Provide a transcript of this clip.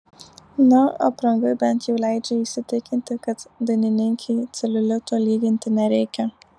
na apranga bent jau leidžia įsitikinti kad dainininkei celiulito lyginti nereikia